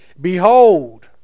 behold